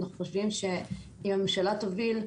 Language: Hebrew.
אנחנו חושבים שאם הממשלה תוביל,